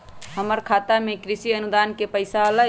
हमर खाता में कृषि अनुदान के पैसा अलई?